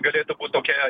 galėtų būt tokia